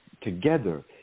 together